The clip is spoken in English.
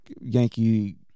Yankee